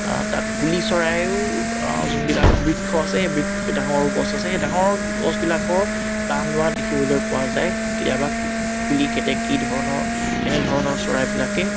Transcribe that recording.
তাত কুলি চৰায়ো যোনবিলাক বৃক্ষ আছে সেই বৃক্ষ ডাঙৰ গছ আছে সেই ডাঙৰ গছবিলাকৰ বাহ লোৱা দেখিবলৈ পোৱা যায় কেতিয়াবা কুলি কেতেকীধৰণৰ তেনেধৰণৰ চৰাইবিলাকে